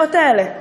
בהתנגדויות האלה.